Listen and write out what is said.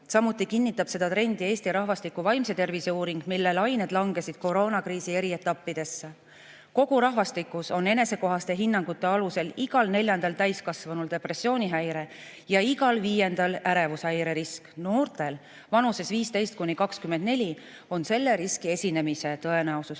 Samuti kinnitab seda trendi Eesti rahvastiku vaimse tervise uuring, mille lained langesid koroonakriisi eri etappidesse. Kogu rahvastikus on enesekohaste hinnangute alusel igal neljandal täiskasvanul depressioonihäire ja igal viiendal ärevushäire risk. Noortel vanuses 15–24 on selle riski esinemise tõenäosus